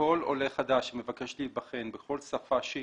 כל עולה חדש שמבקש להיבחן בכל שפה שהיא,